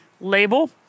Label